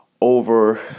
over